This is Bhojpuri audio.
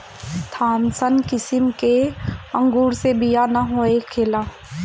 थामसन किसिम के अंगूर मे बिया ना होखेला